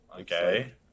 Okay